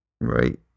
Right